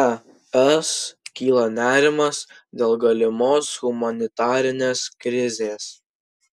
es kyla nerimas dėl galimos humanitarinės krizės